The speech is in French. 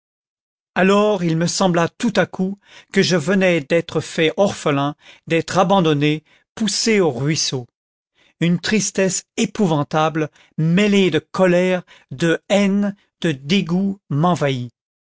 alors il me sembla tout à coup que je venais d'être fait orphelin d'être abandonné poussé au ruisseau une tristesse épouvantable mêlée de colère de haine de dégoût m'envahit